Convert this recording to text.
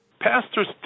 Pastors